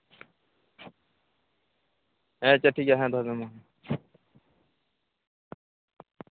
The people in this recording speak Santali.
ᱟᱪᱪᱷᱟ ᱴᱷᱤᱠᱜᱮᱭᱟ ᱦᱮᱸ ᱫᱚᱦᱚᱭ ᱢᱮ ᱢᱟ